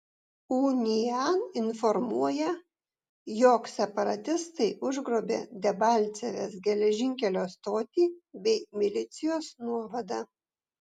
unian informuoja jog separatistai užgrobė debalcevės geležinkelio stotį bei milicijos nuovadą